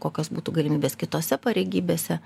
kokios būtų galimybės kitose pareigybėse